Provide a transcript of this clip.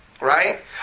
Right